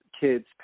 kids